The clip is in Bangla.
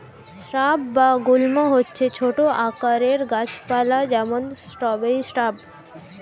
স্রাব বা গুল্ম হচ্ছে ছোট আকারের গাছ পালা, যেমন স্ট্রবেরি শ্রাব